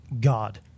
God